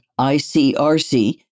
ICRC